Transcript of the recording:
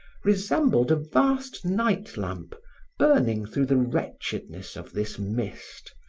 resembled a vast night lamp burning through the wretchedness of this mist,